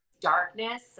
darkness